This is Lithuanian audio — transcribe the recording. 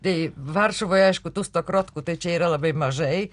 tai varšuvoj aišku tų stokrotkų tai čia yra labai mažai